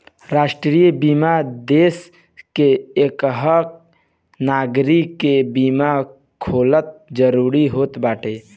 राष्ट्रीय बीमा देस के एकहक नागरीक के बीमा होखल जरूरी होत बाटे